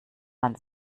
man